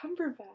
Cumberbatch